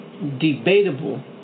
debatable